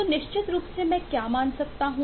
तो निश्चित रूप से मैं क्या मान सकता हूं